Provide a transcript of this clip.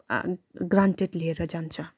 आ ग्रान्टेड लिएर जान्छ